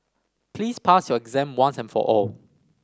please pass your exam once and for all